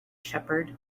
shepherd